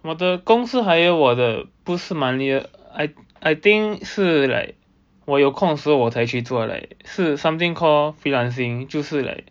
我的公司 hire 我的不是 monthly err I I think 是 like 我有空时我才去做 like 是 something called freelancing 就是 like